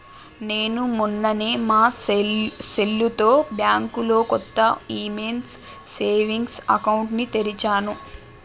నేను మొన్ననే మా సెల్లుతో బ్యాంకులో కొత్త ఉమెన్స్ సేవింగ్స్ అకౌంట్ ని తెరిచాను